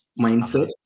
mindset